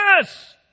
Yes